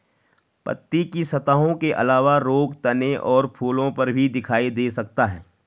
पत्ती की सतहों के अलावा रोग तने और फूलों पर भी दिखाई दे सकता है